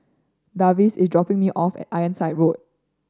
Darvin is dropping me off at Ironside Road